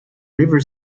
river